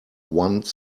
one